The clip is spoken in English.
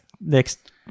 next